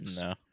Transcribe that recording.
no